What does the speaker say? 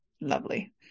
Lovely